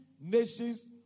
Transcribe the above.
nations